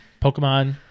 Pokemon